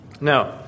Now